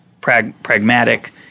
pragmatic